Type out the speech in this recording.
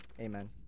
Amen